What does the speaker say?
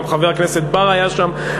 גם חבר הכנסת בר היה שם,